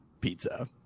pizza